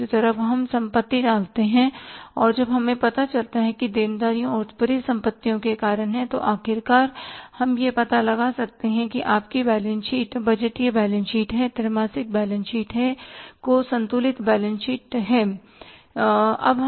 दूसरी तरफ हम संपत्ति डालते हैं और जब हमें पता चलता है कि देनदारियों और परिसंपत्तियों के कारण हैं तो आखिरकार हम यह पता लगा सकते हैं कि आपकी बैलेंस शीट बजटीय बैलेंस शीट है त्रैमासिक बैलेंस शीट संतुलित बैलेंस शीट है